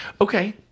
Okay